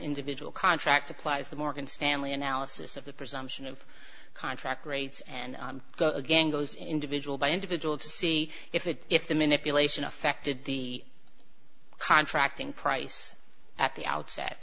individual contract applies the morgan stanley analysis of the presumption of contract rates and again goes individual by individual to see if it if the manipulation affected the contracting price at the outset